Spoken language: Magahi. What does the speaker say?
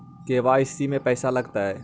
के.वाई.सी में पैसा लगतै?